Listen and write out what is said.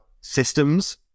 systems